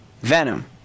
Venom